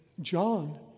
John